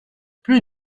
plus